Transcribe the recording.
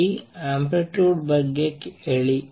ಈ ಆಂಪ್ಲಿಟ್ಯೂಡ್ ಬಗ್ಗೆ ಹೇಳಿ